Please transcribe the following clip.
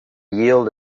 yield